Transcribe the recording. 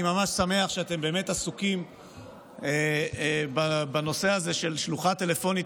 אני ממש שמח שאתם באמת עסוקים בנושא הזה של שלוחה טלפונית